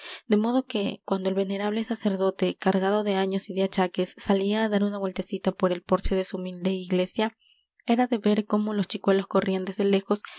de modo que cuando el venerable sacerdote cargado de años y de achaques salía á dar una vueltecita por el porche de su humilde iglesia era de ver cómo los chicuelos corrían desde lejos